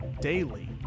daily